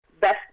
best